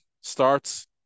starts